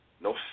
no